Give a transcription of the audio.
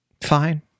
fine